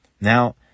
Now